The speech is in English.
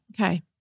Okay